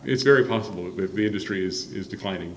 it's very possible it would be industries is declining